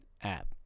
app